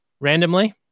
Randomly